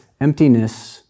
Emptiness